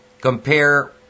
compare